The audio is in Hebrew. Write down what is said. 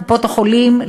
קופות-החולים,